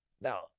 Now